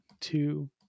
two